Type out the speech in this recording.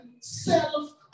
self